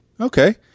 Okay